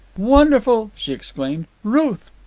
wonderful! she exclaimed. ruth!